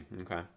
Okay